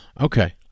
Okay